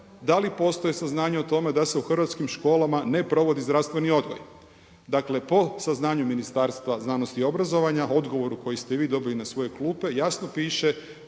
da li postoje saznanja o tome da se u hrvatskim školama ne provodi zdravstveni odgoj. Dakle, po saznanju Ministarstva znanosti i obrazovanja odgovor koji ste vi dobili na svoje klupe jasno piše